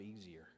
easier